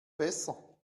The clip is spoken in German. besser